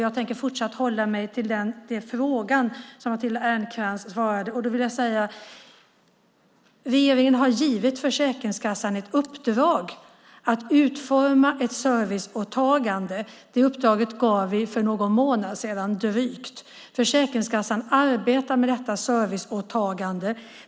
Jag tänker fortsatt hålla mig till den frågan, och då vill jag säga att regeringen har gett Försäkringskassan ett uppdrag att utforma ett serviceåtagande. Det uppdraget gav vi för drygt någon månad sedan. Försäkringskassan arbetar med detta serviceåtagande.